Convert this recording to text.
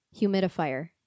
humidifier